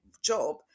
job